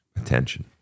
attention